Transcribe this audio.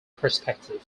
perspective